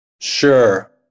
Sure